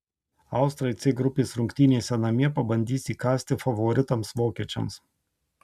austrai c grupės rungtynėse namie pabandys įkąsti favoritams vokiečiams